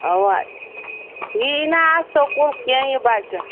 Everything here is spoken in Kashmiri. اَوا یہِ یِیہِ نہَ اَز سکوٗل کیٚنٛہہ یہِ بَچہٕ